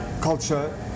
culture